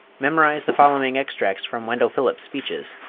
memorize the following extracts from wendell phillips' speeches,